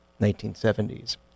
1970s